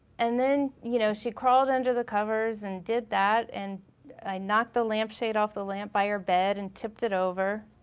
and then you know she crawled under the covers and did that and i knocked the lampshade off the lamp by her bed and tipped it over